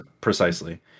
Precisely